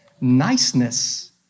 niceness